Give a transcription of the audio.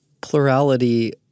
plurality –